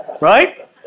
Right